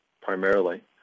primarily